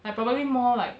I probably more like